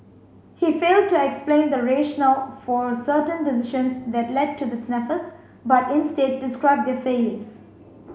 he failed to explain the rationale for certain decisions that led to the snafus but instead described their failings